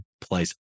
place